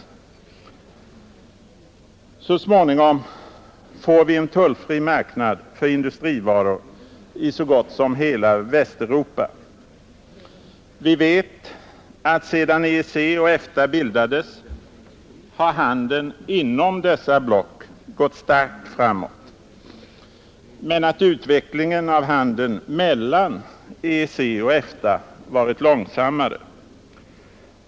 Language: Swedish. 12 december 1972 Så småningom får vi en tullfri marknad för industrivaror i så gott som — hela Västeuropa. Vi vet att sedan EEC och EFTA bildades har handeln inom dessa block gått starkt framåt, men att utvecklingen av handeln mellan EEC och EFTA varit långsammare.